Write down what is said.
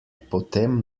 potem